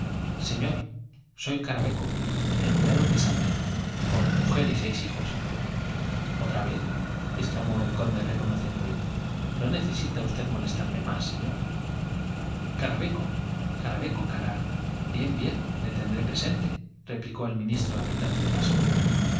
señor spy caraveco empleado cesante con mujer y seis bijos otra vez exclamó el conde reconociéndole no necesita usted molestarse más señor caraveco garaveco cara i bien bien le tendré presente replicó el ministro apretando el paso